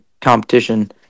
competition